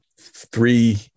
three